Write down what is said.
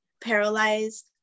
paralyzed